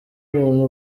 umuntu